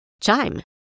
Chime